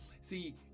See